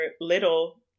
little